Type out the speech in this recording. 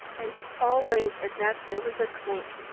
and always at that there was a clink,